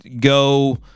go